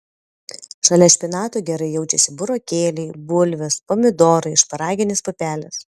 šalia špinatų gerai jaučiasi burokėliai bulvės pomidorai šparaginės pupelės